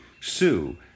Sue